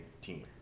team